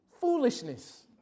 Foolishness